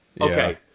Okay